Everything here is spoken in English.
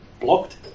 blocked